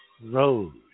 road